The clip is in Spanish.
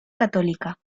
católica